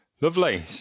Lovely